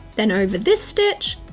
then over this stitch,